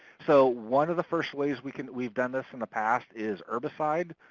so one of the first ways we've and we've done this in the past is herbicide,